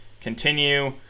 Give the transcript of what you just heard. continue